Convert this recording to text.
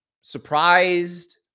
surprised